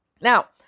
Now